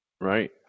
Right